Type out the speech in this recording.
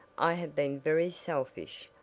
i have been very selfish.